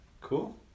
Cool